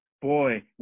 Boy